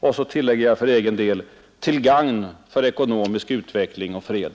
Och så tillägger jag för egen del: till gagn för ekonomisk utveckling och fred.